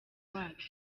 wabyo